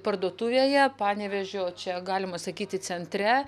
parduotuvėje panevėžio čia galima sakyti centre